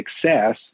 success